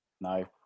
No